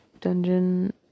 dungeon